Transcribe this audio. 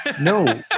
No